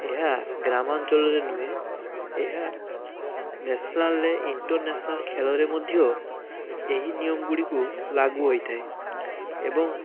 ଏହା ଗ୍ରାମାଞ୍ଚଳରେ ନୁହେଁ ଏହା ନେସନାଲରେ ଇଣ୍ଟରନେସନାଲ ଖେଳରେ ମଧ୍ୟ ଏହି ନିୟମ ଗୁଡ଼ିକୁ ଲାଗୁହୋଇଥାଏ ଏବଂ